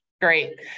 Great